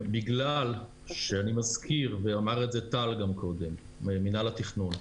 אני מזכיר, ואמר את זה טל קודם ממנהל התכנון,